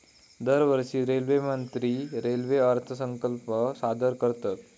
दरवर्षी रेल्वेमंत्री रेल्वे अर्थसंकल्प सादर करतत